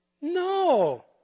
No